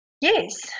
Yes